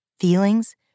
Feelings